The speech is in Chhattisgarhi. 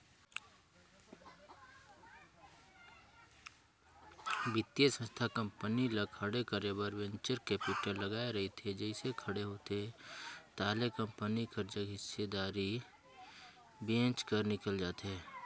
बित्तीय संस्था कंपनी ल खड़े करे बर वेंचर कैपिटल लगाए रहिथे जइसे खड़े होथे ताहले कंपनी कर जग हिस्सादारी बेंच कर निकल जाथे